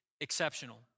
Exceptional